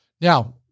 Now